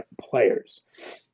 players